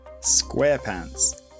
Squarepants